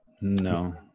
No